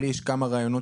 לי יש כמה רעיונות